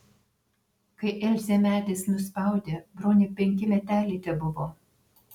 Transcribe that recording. kai elzę medis nuspaudė broniui penki meteliai tebuvo